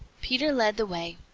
peter led the way.